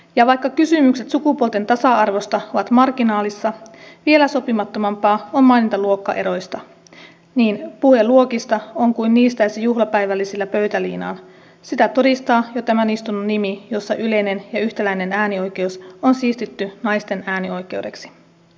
ja vaikka kysymykset sukupuolten tasa arvosta ovat marginaalissa vielä sopimattomampaa on mainita luokkaeroista puhe luokista on kuin niistäisi juhlapäivällisillä pöytäliinaan sitä todistaa jo tämän istunnon nimi jossa yleinen ja yhtäläinen äänioikeus on siistitty naisten äänioikeudeksi